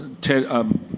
Ted